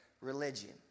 religion